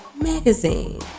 magazine